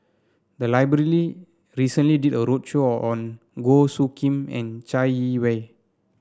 the library recently did a roadshow on Goh Soo Khim and Chai Yee Wei